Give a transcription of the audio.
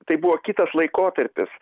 tai buvo kitas laikotarpis